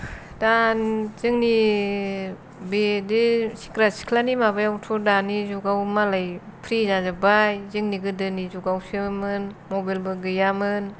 दान जोंनि बिदि सिख्रि सिख्लानि माबायावथ' दानि जुगाव मालाय फ्रि जाजोब्बाय जोंनि गोदोनि जुगावसोमोन मबाइल बो गैयामोन